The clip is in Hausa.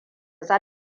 za